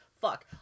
Fuck